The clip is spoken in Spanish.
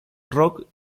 rock